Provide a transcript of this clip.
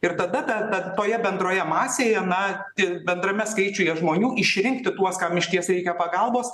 ir tada tad toje bendroje masėje na tik bendrame skaičiuje žmonių išrinkti tuos kam išties reikia pagalbos